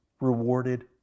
rewarded